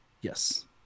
Yes